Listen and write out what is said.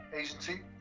Agency